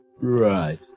Right